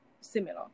similar